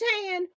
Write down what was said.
tan